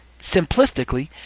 simplistically